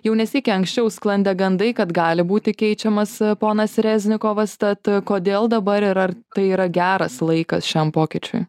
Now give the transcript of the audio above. jau ne sykį anksčiau sklandė gandai kad gali būti keičiamas ponas reznikovas tad kodėl dabar ir ar tai yra geras laikas šiam pokyčiui